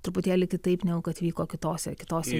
truputėlį kitaip negu kad vyko kitose kitose